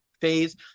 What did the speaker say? phase